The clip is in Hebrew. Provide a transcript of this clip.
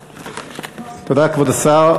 תודה, כבוד השר.